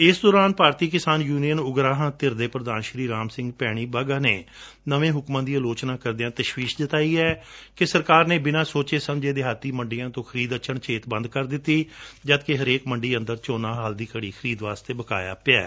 ਇਸ ਦੌਰਾਨ ਭਾਰਤੀ ਕਿਸਾਨ ਯੁਨੀਅਨ ਉਗਰਾਹਾਂ ਧਿਰ ਦੇ ਪ੍ਰਧਾਨ ਰਾਮ ਭਗਤ ਭੈਣੀਬਾਘਾ ਨੇ ਨਵੇ ਹੁਕਮਾਂ ਦੀ ਅਲੋਚਨਾ ਕਰਦਿਆਂ ਤਸ਼ਵੀਸ਼ ਜਤਾਈ ਹੈ ਕਿ ਸਰਕਾਰ ਨੇ ਬਿਨਾਂ ਸੋਚੇ ਸਮਝੇ ਦੇਹਾਤੀ ਮੰਡੀਆਂ ਤੋਂ ਖਰੀਦ ਅਚਣਚੇਤ ਬੰਦ ਕਰ ਦਿੱਤੀ ਏ ਜਦਕਿ ਹਰੇਕ ਮੰਡੀ ਵਿਚ ਝੋਨਾ ਹਾਲ ਦੀ ਘੜੀ ਖਰੀਦ ਲਈ ਬਕਾਇਆ ਏ